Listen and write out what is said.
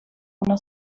una